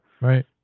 Right